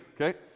okay